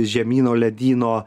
žemyno ledyno